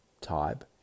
type